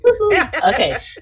Okay